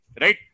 Right